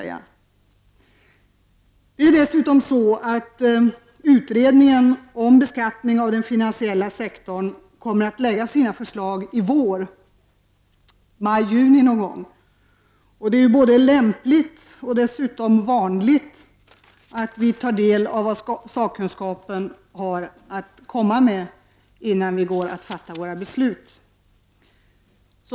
Dessutom kommer utredningen om beskattning av den finansiella sektorn att lägga fram sina förslag i vår, i maj-juni. Det är både lämpligt och dessutom vanligt att vi tar del av vad sakkunskapen har att komma med innan vi fattar beslut.